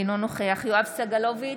אינו נוכח יואב סגלוביץ'